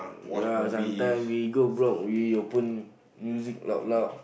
yeah sometimes we go block we open music loud loud